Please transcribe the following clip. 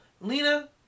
Lena